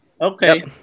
Okay